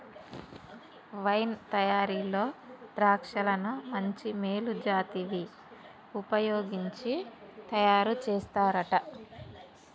wine తయారీలో ద్రాక్షలను మంచి మేలు జాతివి వుపయోగించి తయారు చేస్తారంట